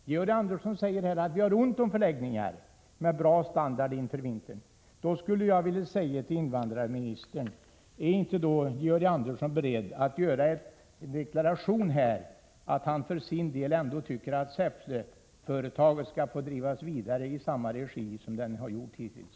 Georg Andersson säger här att vi inför vintern har ont om förläggningar med bra standard. Därför skulle jag vilja säga till invandrarministern: Är inte då Georg Andersson beredd att göra en deklaration här att han ändå tycker att Säffleföretaget skall få drivas vidare i samma regi som hittills?